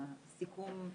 הסיכום.